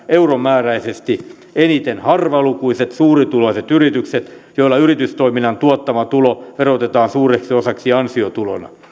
euromääräisesti eniten harvalukuiset suurituloiset yritykset joilla yritystoiminnan tuottama tulo verotetaan suureksi osaksi ansiotulona